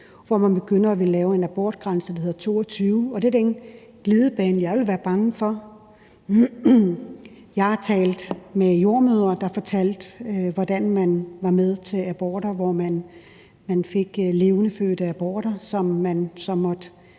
hvor man begynder at ville lave en abortgrænse, der hedder 22 uger, og det er den glidebane, jeg vil være bange for. Jeg har talt med jordemødre, der fortalte, hvordan man var med til aborter, hvor man fik levendefødte aborter, som man så måtte